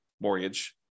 mortgage